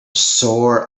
sore